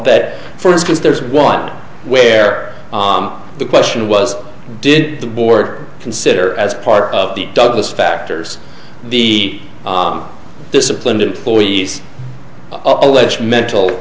that for instance there's one where the question was did the board consider as part of the douglas factors the disciplined employees alleged mental